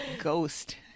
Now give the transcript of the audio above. ghost